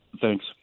Thanks